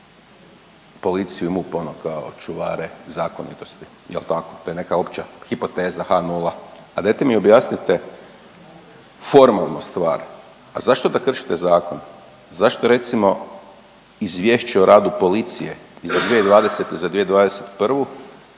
policiju i MUP ono kao čuvare zakonitosti, je li tako? To je neka opća hipoteza H0, a dajte mi objasnite formalno stvari, a zašto onda kršite zakon? Zašto, recimo, Izvješće o radu policije za 2020. i 2021.